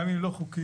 גם אם לא חוקיות,